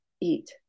eat